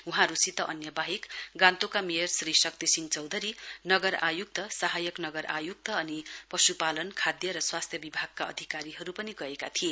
वहाँहरुसित अन्य वाहेक गान्तोकका मेयर श्री शक्ति सिंह चौधरी नगर आयुक्त सहायक नगर आयुक्त अनि पशुपालन खाद्य र स्वास्थ्य विभागका अधिकारीहरु पनि गएका थिए